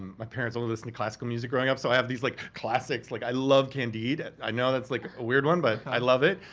my parents only listened to classical music growing up. so i have these like classics, like i love candide. i know that's like a weird one, but i love it.